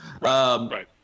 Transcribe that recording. Right